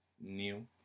new